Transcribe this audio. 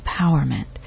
empowerment